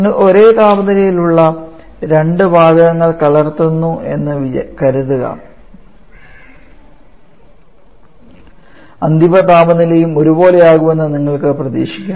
നിങ്ങൾ ഒരേ താപനിലയിൽ ഉള്ള രണ്ട് വാതകങ്ങൾ കലർത്തുന്നുവെന്ന് കരുതുക അന്തിമ താപനിലയും ഒരുപോലെയാകുമെന്ന് നിങ്ങൾക്ക് പ്രതീക്ഷിക്കാം